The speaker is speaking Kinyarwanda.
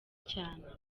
cyane